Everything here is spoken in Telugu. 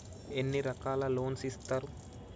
ఎన్ని రకాల లోన్స్ ఇస్తరు?